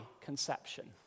conception